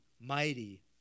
mighty